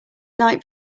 night